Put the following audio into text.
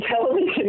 television